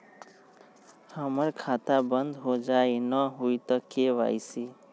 हमर खाता बंद होजाई न हुई त के.वाई.सी?